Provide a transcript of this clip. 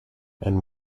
and